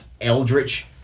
Eldritch